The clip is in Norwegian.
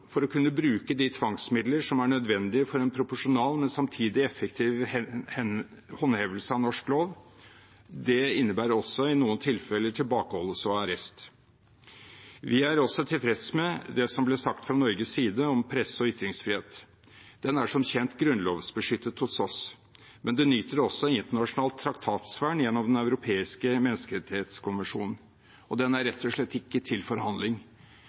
for å kunne bruke de tvangsmidler som er nødvendige for en proporsjonal, men samtidig effektiv håndhevelse av norsk lov. Det innebærer også i noen tilfeller tilbakeholdelse og arrest. Vi er også tilfreds med det som ble sagt fra Norges side om presse- og ytringsfrihet. Den er som kjent grunnlovsbeskyttet hos oss, men den nyter også internasjonalt traktatsvern gjennom den europeiske menneskerettighetskonvensjonen, og den er rett og slett ikke til forhandling.